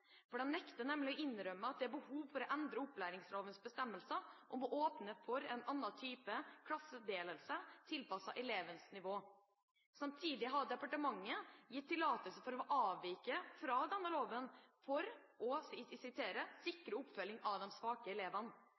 nekter nemlig å innrømme at det er behov for å endre opplæringslovens bestemmelser om å åpne for en annen type klassedeling, tilpasset elevenes nivå. Samtidig har departementet gitt tillatelse til å avvike fra denne loven for å sikre oppfølging av de svake elevene.